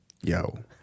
Yo